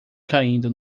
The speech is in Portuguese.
caindo